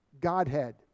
Godhead